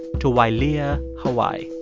to wailea, hawaii.